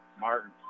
Martin